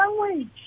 language